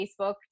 Facebook